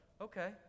okay